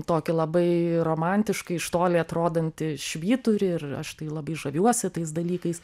tokį labai romantiškai iš toli atrodantį švyturį ir aš tai labai žaviuosi tais dalykais